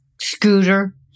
scooter